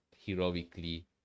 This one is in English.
heroically